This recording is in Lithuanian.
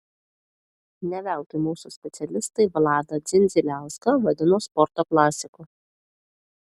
ne veltui mūsų specialistai vladą dzindziliauską vadino sporto klasiku